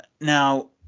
Now